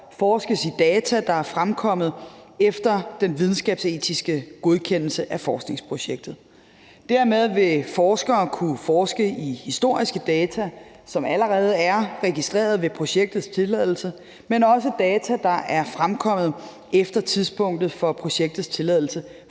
forskes i data, der er fremkommet efter den videnskabsetiske godkendelse af forskningsprojektet. Dermed vil forskere kunne forske i historiske data, som allerede er registreret ved projektets tilladelse, men også data, der er fremkommet efter tidspunktet for projektets tilladelse